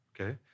Okay